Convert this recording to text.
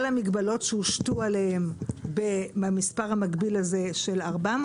המגבלות שהושתו עליהם במספר המגביל הזה של 400,